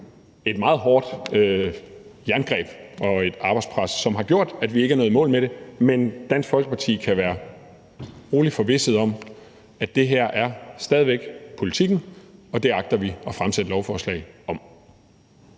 et meget hårdt i jerngreb og givet et arbejdspres, som har gjort, at vi ikke er nået i mål med det. Men Dansk Folkeparti kan være roligt forvisset om, at det her stadig væk er politikken, og at vi agter at fremsætte lovforslag om